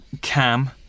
Cam